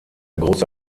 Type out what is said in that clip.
große